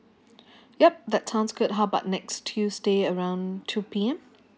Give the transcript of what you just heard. yup that sounds good how about next tuesday around two P_M